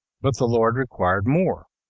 but the lord required more.